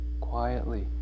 quietly